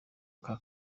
aka